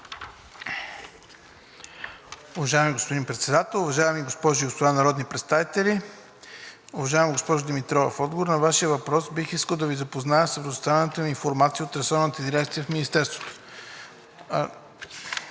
уважаеми госпожи и господа народни представители, уважаема госпожо Димитрова! В отговор на Вашия въпрос бих искал да Ви запозная с предоставената ми информация от ресорната дирекция в Министерството,